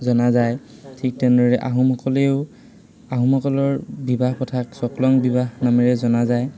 জনা যায় ঠিক তেনেদৰে আহোমসকলেও আহোমসকলৰ বিবাহ কথাক সকলং বিবাহ নামেৰে জনা যায়